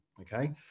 okay